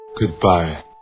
Goodbye